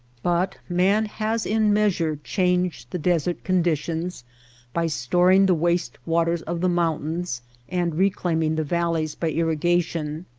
but man has in measure changed the desert conditions by storing the waste waters of the mountains and reclaiming the valleys by irriga tion.